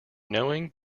knowing